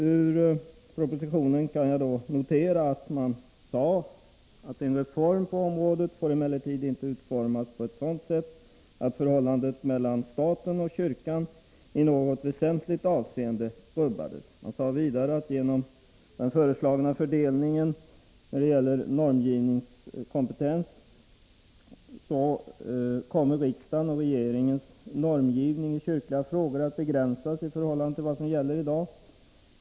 Ur propositionen kan jag notera att där sades på s. 17: ”En reform på området får emellertid inte utformas på ett sådant sätt att förhållandet mellan staten och kyrkan i något väsentligt avseende rubbas.” ”Genom den föreslagna fördelningen” — när det gäller normgivningskompetens — ”kommer riksdagens och regeringens normgivning i kyrkliga frågor att begränsas i förhållande till vad som gäller i dag.